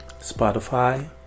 Spotify